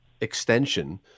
extension